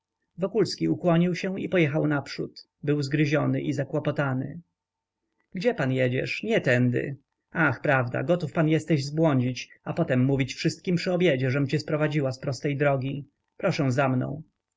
powagi wokulski ukłonił się i pojechał naprzód był zgryziony i zakłopotany gdzie pan jedziesz nie tędy ach prawda gotów pan jesteś zbłądzić a później mówić wszystkim przy obiedzie żem cię sprowadziła z prostej drogi proszę za mną